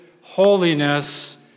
holiness